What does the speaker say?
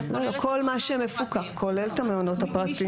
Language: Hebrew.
כל מה שמפוקח, כולל את המעונות הפרטיים.